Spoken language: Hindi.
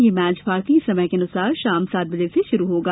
यह मैच भारतीय समयानुसार शाम सात बजे से शुरु होगा